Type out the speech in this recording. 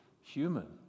human